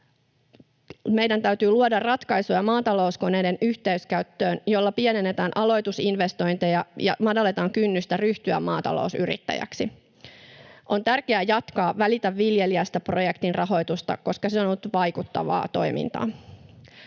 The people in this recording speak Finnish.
Meidän täytyy luoda ratkaisuja maatalouskoneiden yhteiskäyttöön, jolla pienennetään aloitusinvestointeja ja madalletaan kynnystä ryhtyä maatalousyrittäjäksi. On tärkeää jatkaa Välitä viljelijästä ‑projektin rahoitusta, koska se on ollut vaikuttavaa toimintaa.